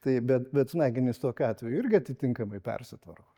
tai bet bet smegenys tokiu atveju irgi atitinkamai persitvarko